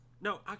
no